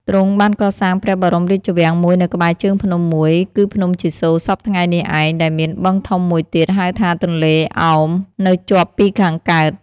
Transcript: ទ្រង់បានកសាងព្រះបរមរាជវាំងមួយនៅក្បែរជើងភ្នំមួយគឺភ្នំជីសូរសព្វថ្ងៃនេះឯង ដែលមានបឹងធំមួយទៀត ហៅថា ទន្លេឱម នៅជាប់ពីខាងកើត ។